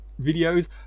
videos